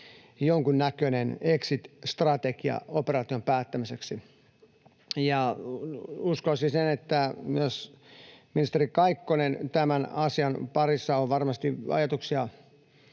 jonkunnäköinen exit-strategia operaation päättämiseksi, ja uskoisin, että myös ministeri Kaikkonen tämän asian parissa on varmasti ajatuksiaan